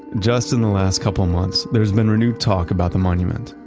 just in the last couple of months, there's been renewed talk about the monument.